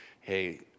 hey